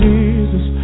Jesus